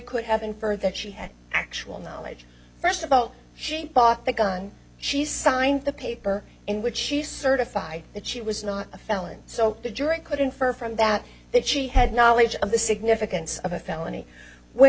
could have inferred that she had actual knowledge first of all she bought the gun she signed the paper in which she certified that she was not a felon so the jury could infer from that that she had knowledge of the significance of a felony when